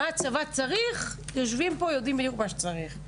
ולגבי מה שהצבא צריך-יושבים פה ויודעים בדיוק מה שצריך .